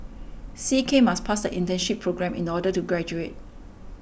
C K must pass the internship programme in order to graduate